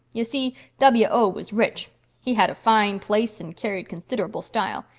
y'see, w o. was rich he had a fine place and carried considerable style.